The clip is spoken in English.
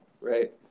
Right